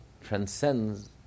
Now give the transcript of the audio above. transcends